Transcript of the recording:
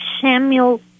Samuel